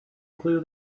clue